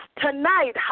tonight